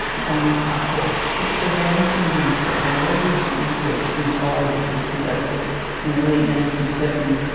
it's on the top wall. it surrounds the urethra, and more recent research since ours, which was conducted in and the late nineteen seventy s,